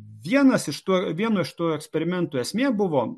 vienas iš tų vieno iš tų eksperimentų esmė buvo